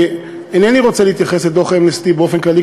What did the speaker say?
אינני רוצה להתייחס לדוח "אמנסטי" באופן כללי,